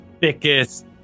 thickest